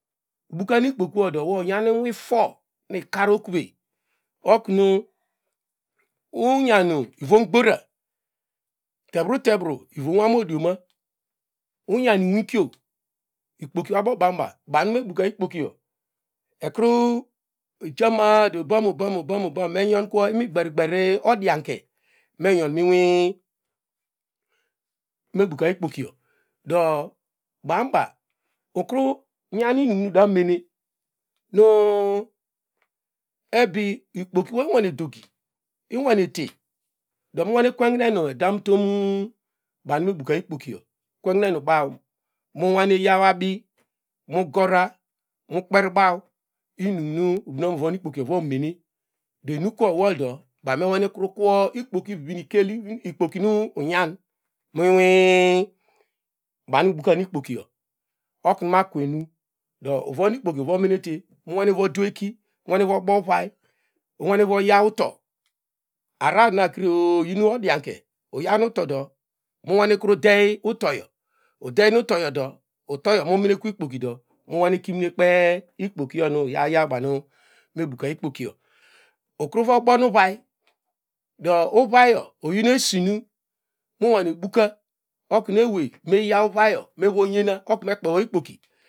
Bukan ikpokiwodo wo unyanu inuifo nu ikarokwey oknu uyan ivomgbora terru ivonuo abo mo dioma ungan inwikio ikpoki abom banba beru ebuku ikpokiyo nu ojama a obam obam obam me nyokwo igbeni gberi odianke me nyon ma ineni mebuka ikpokiyo do banba ikru nyon inin damene nu ebi ikpokiwo onwane dogi inwane te do munwane kwekne nu edam utom bam ebuka ikpokiyo ukwehne mubaw munwane yaw abi gora mukperbaw inin ni ivon ikpokiyo uvon nu umene do enukwe owoldo baw mekru wane kwo ikpoki vivi nuikel ikpoki nu unyan mi imi bam ubukam ikpokiyo oknu makwe nu do vuonde ikpoki uvormenete unwane ro dueki unwane vo bo ovay mumware van yaw uto ararar na kreo o iyin odianke uyan ntodo munwane kru dey utoyo udey nu utoyodo uboyo mo menkaw ikpokido mu nwane kru dey uboyo udey nu utoyodo uboyo mo menkaw ikpokido mu nwane kpe ikpokiyo nu uyaw banu me buka ikpoki ukru vo bon uvay do uvayo oyin esinu munwane buka oknu ewei meyaw uvayo move nyena oknu mekpewo ikpoki.